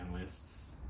lists